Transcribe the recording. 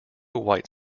white